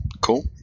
cool